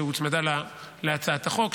שהוצמדה להצעת החוק,